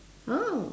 oh